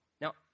Now